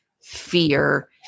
fear